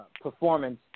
performance